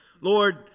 Lord